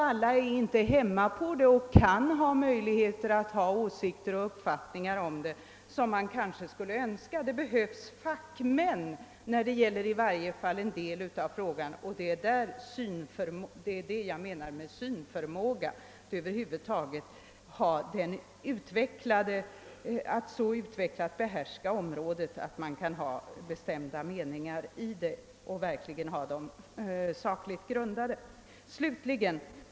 Alla är inte hemma i dem och har inte möjlighet att bilda sig en uppfattning om dem på det sätt man skulle önska. Det behövs fackmän för att behandla i varje fall en del av frågorna. Vad jag menade med synförmåga var över huvud taget förmågan att behärska området och bilda sig en sakligt grundad mening.